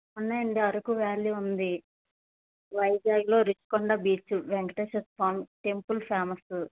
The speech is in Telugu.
ఉన్నాయండి అరకు వ్యాలీ ఉంది వైజాగ్లో Rushikonda beach Venkateswara Swamy temple famous